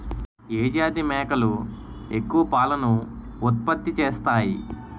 ఏ జాతి మేకలు ఎక్కువ పాలను ఉత్పత్తి చేస్తాయి?